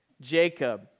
Jacob